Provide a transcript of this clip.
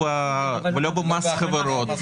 לא מדובר במס חברות,